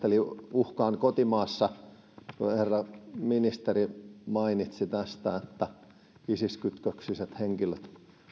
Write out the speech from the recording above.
eli uhkaan kotimaassa kun herra ministeri mainitsi tästä että isis kytköksiset henkilöt